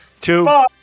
two